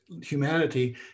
humanity